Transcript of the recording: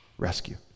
Rescue